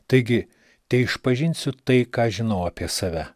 taigi teišpažinsiu tai ką žinau apie save